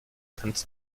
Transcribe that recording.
kannst